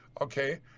Okay